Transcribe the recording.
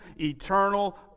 eternal